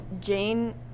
Jane